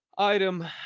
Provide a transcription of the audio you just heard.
Item